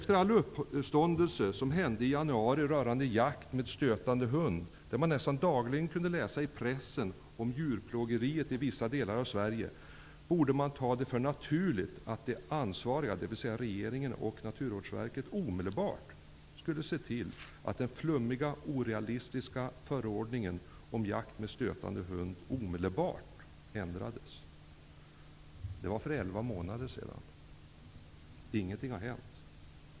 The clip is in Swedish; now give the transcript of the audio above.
Efter all uppståndelse i januari rörande jakt med stötande hund, då man nästan dagligen i pressen kunde läsa om rådjursplågeriet i vissa delar av Sverige, borde man kunna ta det för naturligt att de ansvariga, dvs. regeringen och Naturvårdsverket, skulle ha sett till att den flummiga orealistiska förordningen om jakt med stötande hund omedelbart ändrades. Det var för elva månader sedan. Ingenting har hänt.